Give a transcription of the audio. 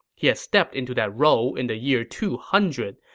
he had stepped into that role in the year two hundred,